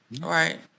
Right